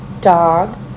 dog